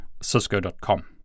cisco.com